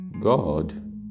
God